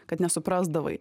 kad nesuprasdavai